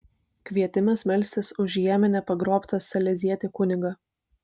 kvietimas melstis už jemene pagrobtą salezietį kunigą